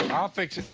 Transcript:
i'll fix it.